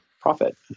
profit